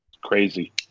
Crazy